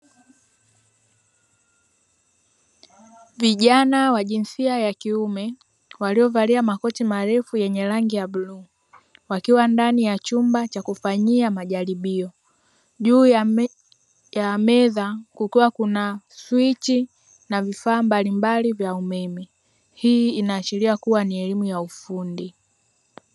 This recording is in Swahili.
Vijana wa jinsia ya kiume, waliovalia makoti marefu ya rangiu bluu wakiwa ndani ya chumba cha kufanyia majaribio. Juu ya meza kukiwa kuna swichi na vifaa mbalimbali vya umeme. Hii inaashiria kua ni elimu ya ufundi.